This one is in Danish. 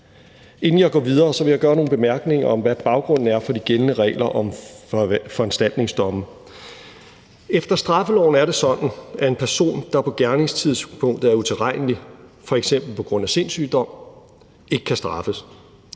Inden jeg går videre, vil jeg gøre nogle bemærkninger om, hvad baggrunden er for de gældende regler om foranstaltningssdomme. Efter straffeloven er det sådan, at en person, der på gerningstidspunktet er utilregnelig, f.eks. på grund af sindssygdom, ikke kan straffes.